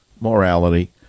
morality